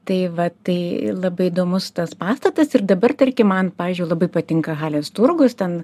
tai va tai labai įdomus tas pastatas ir dabar tarkim man pavyzdžiui labai patinka halės turgus ten